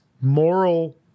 moral